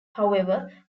however